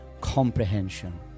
comprehension